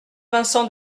vincent